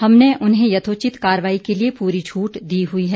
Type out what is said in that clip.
हमने उन्हें यथोचित कार्रवाई के लिए पुरी छट दी हुई है